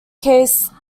case